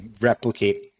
replicate